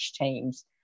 teams